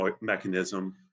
mechanism